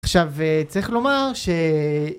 עכשיו, צריך לומר ש...